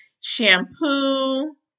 shampoo